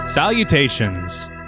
Salutations